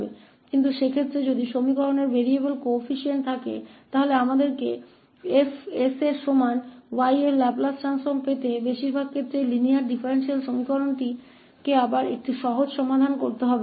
लेकिन अगर उस मामले में समीकरण में चर गुणांक था तो हमें 𝐹𝑠 के बराबर y के इस लाप्लास ट्रांसफॉर्म को प्राप्त करने के लिए अधिकांश मामलों में रैखिक डिफरेंशियल एक्वेशन को फिर से हल करने की आवश्यकता है